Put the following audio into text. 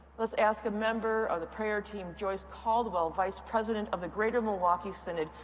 us ask a member of the prayer team, joyce caldwell, vice president of the greater milwaukee synod,